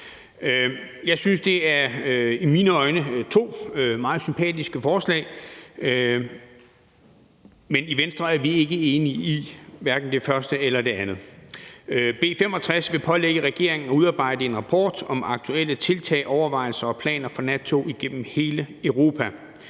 Venstre. Det er i mine øjne to meget sympatiske forslag, men i Venstre er vi ikke enige i hverken det første eller det andet. B 65 vil pålægge regeringen at udarbejde en rapport om aktuelle tiltag, overvejelser og planer for nattog igennem hele Europa.